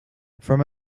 from